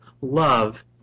love